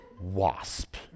wasp